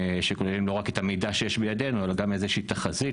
שכוללים לא רק את המידע שיש בידנו אלא גם איזושהי תחזית,